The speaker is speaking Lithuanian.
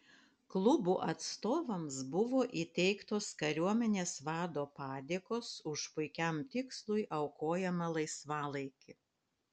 klubų atstovams buvo įteiktos kariuomenės vado padėkos už puikiam tikslui aukojamą laisvalaikį